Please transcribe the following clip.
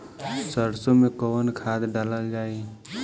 सरसो मैं कवन खाद डालल जाई?